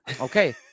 okay